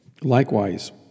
Likewise